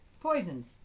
poisons